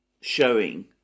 showing